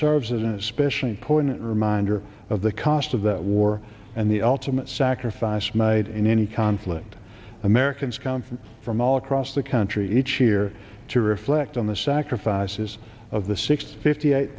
as an especially poignant reminder of the cost of that war and the ultimate sacrifice made in any conflict americans come from all across the country each year to reflect on the sacrifices of the six fifty eight